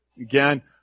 again